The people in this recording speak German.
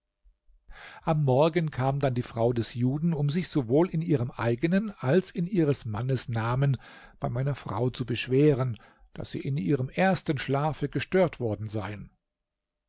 am morgen kam dann die frau des juden um sich sowohl in ihrem eigenen als in ihres mannes namen bei meiner frau zu beschweren daß sie in ihrem ersten schlafe gestört worden seien